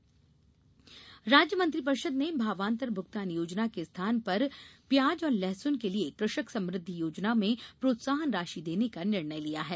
भावान्तर भुगतान् राज्य मंत्रिपरिषद ने भावान्तर भुगतान योजना के स्थान पर प्याज और लहसुन के लिये कृषक समृद्धि योजना में प्रोत्साहन राशि देने का निर्णय लिया है